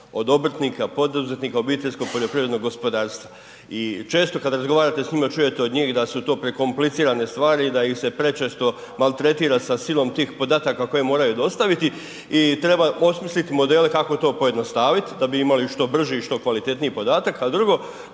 od obrtnika, poduzetnika, obiteljskog poljoprivrednog gospodarstva. I često kad razgovarate s njima čujete od njih da su to prekomplicirane stvari i da ih se prečesto maltretira sa silom tih podataka koje moraju dostaviti i treba osmisliti modele kako to pojednostavit da bi imali što brži i što kvalitetniji podatak. A drugo,